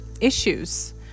issues